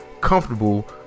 comfortable